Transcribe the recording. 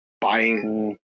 buying